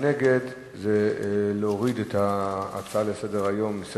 שמצביע נגד מבקש להסיר את ההצעה מסדר-היום.